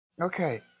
Okay